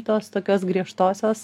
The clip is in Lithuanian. tos tokios griežtosios